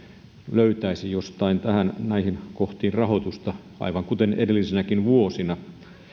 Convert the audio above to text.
löytäisi jostain näihin kohtiin rahoitusta aivan kuten edellisinäkin vuosina